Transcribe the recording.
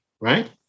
right